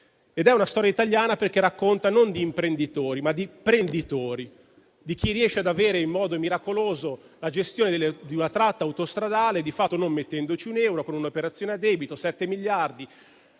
È una storia italiana perché racconta non di imprenditori, ma di "prenditori", di chi riesce ad avere, in modo miracoloso, la gestione di una tratta autostradale, di fatto non mettendoci un euro, con un'operazione a debito per sette miliardi